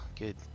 Good